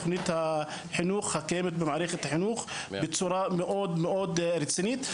תוכנית החינוך הקיימת במערכת החינוך בצורה מאוד מאוד רצינית.